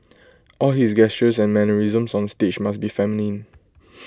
all his gestures and mannerisms on stage must be feminine